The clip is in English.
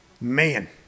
Man